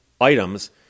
items